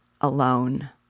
alone